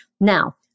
Now